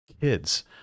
Kids